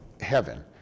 heaven